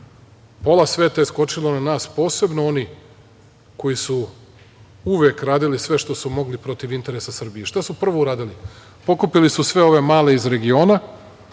pola sveta je skočilo na nas, posebno oni koji su uvek radili sve što su mogli protiv interesa Srbije? Šta su prvo uradili? Pokupili su sve ove male iz regiona